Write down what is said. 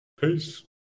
Peace